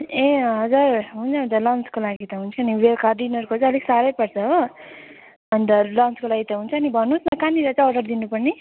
ए हजुर हुन्छ हुन्छ लन्चको लागि त हुन्छ नि बेलुका डिनरको चाहिँ अलिक साह्रै पर्छ हो अन्त लन्चको लागि त हुन्छ नि भन्नुहोस् न कहाँनिर चाहिँ अर्डर दिनुपर्ने